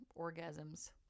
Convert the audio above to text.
orgasms